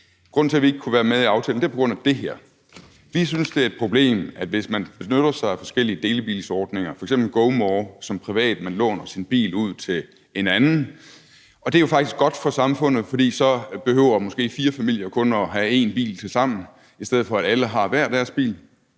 Grunden til, at vi ikke kunne være med i aftalen, er det her. Vi synes, det er et problem, at hvis man benytter sig af forskellige delebilsordninger som privatperson, f.eks. GoMore, og man låner sin bil ud til en anden – og det er jo faktisk godt for samfundet, for så behøver fire familier måske kun at have én bil tilsammen, i stedet for at alle har hver deres bil